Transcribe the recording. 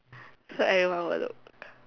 so everyone will look